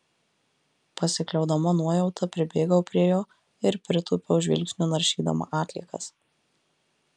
pasikliaudama nuojauta pribėgau prie jo ir pritūpiau žvilgsniu naršydama atliekas